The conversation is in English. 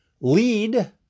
lead